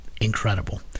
incredible